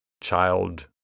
child